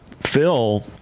Phil